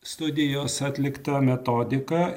studijos atlikta metodika